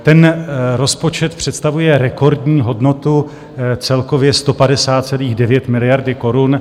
Ten rozpočet představuje rekordní hodnotu, celkově 150,9 miliardy korun.